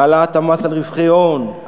העלאת המס על רווחי הון,